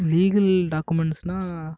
legal டாக்குமெண்ட்ஸ்னால்